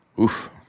Oof